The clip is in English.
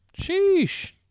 Sheesh